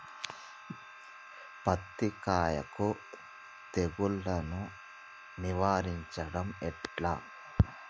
పత్తి కాయకు తెగుళ్లను నివారించడం ఎట్లా?